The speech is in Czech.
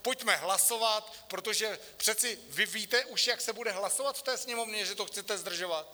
Pojďme hlasovat, protože přece vy víte už, jak se bude hlasovat v té Sněmovně, že to chcete zdržovat?